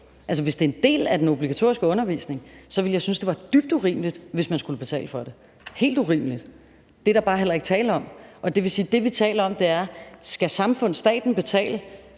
hvis det er en del af den obligatoriske undervisning, ville jeg synes, det var dybt urimeligt, hvis man skulle betale for det – helt urimeligt. Det er der bare heller ikke tale om. Det vil sige, at det, vi taler om, er: Skal samfundet, staten, betale,